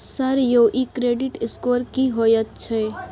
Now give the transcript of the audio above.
Sir यौ इ credit score की होयत छै?